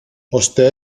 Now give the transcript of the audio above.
ώστε